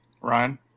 Ryan